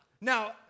Now